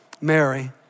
Mary